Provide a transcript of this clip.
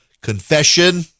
Confession